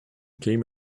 came